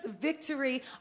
victory